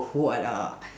huat ah